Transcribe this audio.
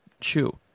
chew